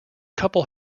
couple